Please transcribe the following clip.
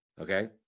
okay